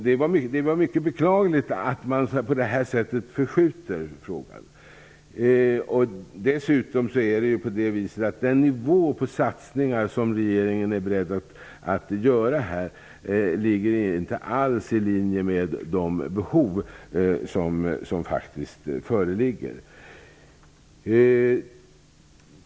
Det är mycket beklagligt att man på detta sätt uppskjuter frågan. Dessutom är det på det viset att nivån på de satsningar som regeringen är beredd att göra inte alls ligger i linje med de behov som faktiskt föreligger.